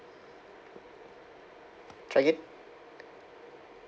try again